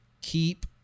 Keep